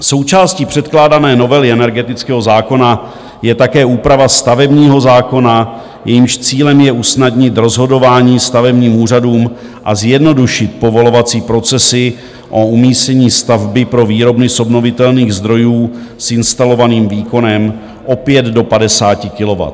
Součástí předkládané novely energetického zákona je také úprava stavebního zákona, jejímž cílem je usnadnit rozhodování stavebním úřadům a zjednodušit povolovací procesy o umístění stavby pro výrobny z obnovitelných zdrojů s instalovaným výkonem, opět do 50 kW.